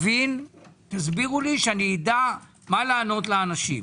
תסבירו לי, שאדע מה לענות לאנשים.